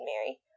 mary